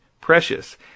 precious